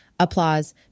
Applause